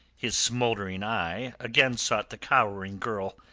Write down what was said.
his smouldering eye again sought the cowering girl.